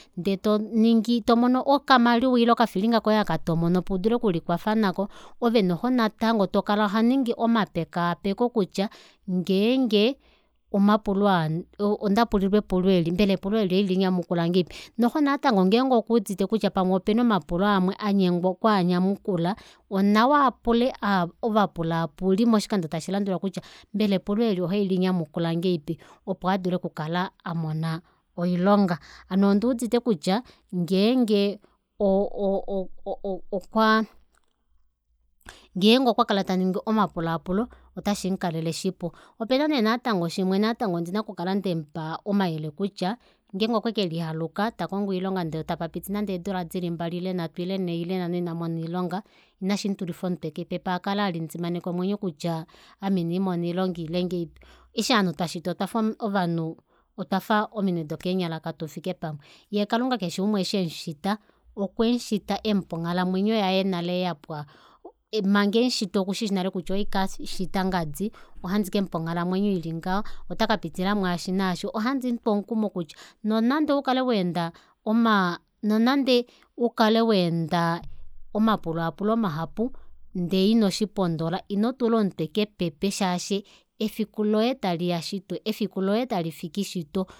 Ndee toningi tomono okamaliwa koye ile okafilinga koye oko tomono udule okulikwafa nako ove noxo natango tokala honingi omapekaapeko kutya ngeenge omapulo aa ondapulilwe epulo eli mbela epulo eeli ohalinyamukula ngahelipi noxo natango ngenge okuudite kutya pamwe opena omapulo amwe anyengwa okwaanyamukula onawa apule ovapulaapuli moshikando tashi landula kutya mbela epulo eli ohali nyamukula ngahelipi opo audle oku kal aamona oilonga hano onduudite kutya ngeenge o- o- o- o- okwaa ngeenge okwa kala taningi omapulaapulo ota shiikalele shipu opena nee natango shimwe natango ondina okukala ndemupa omayele kutya ngeenge okwe kelihaluka takongo oilonga tapapiti nande eedula dili mbali ile nhatu ile nhee ile nhano inamona oilonga inashi mutulifa omutwe kepepe akale alindimaneka omwenyo kutya ame ina ndimona oilonga ile ongeipi eshi ovanhu twashitwa otwafa ovanhu otwafa ominwe dokeenyala katufike pamwe yee kalunga keshe umwe eshi emushita emupa onghalamwenyo yaye nale yapwa manga emushita okushishi ashike nale kutya ohandi kashita ngadi ohandi kemupa onghalamwenyo ilingaha otaka pitila mwaashi naash ohandimutu omukumo kutya nonande ukale waenda omaa nonande ukale waenda omapulaapulo mahapu ndee inoshipondola ino tula omutwe kepepe shaashi efiku loye taliya shito efiku loye tali fiki shito